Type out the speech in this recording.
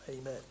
Amen